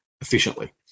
efficiently